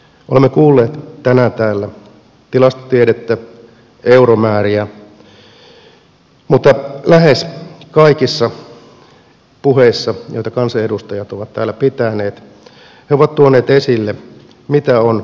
olemme kuulleet tänään täällä tilastotiedettä euromääriä mutta lähes kaikissa puheissa joita kansanedustajat ovat täällä pitäneet he ovat tuoneet esille mitä on vanhusten hyvä hoito